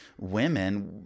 women